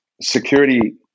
security